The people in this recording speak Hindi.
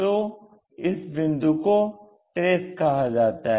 तो इसी बिंदु को ट्रेस कहा जाता है